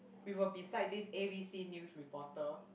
we were beside this A_B_C news reporter